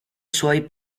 suoi